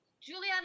Juliana